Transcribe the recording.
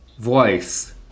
Voice